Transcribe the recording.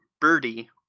birdie